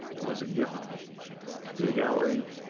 it was a gift to the gallery.